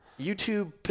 YouTube